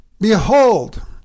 Behold